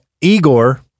Igor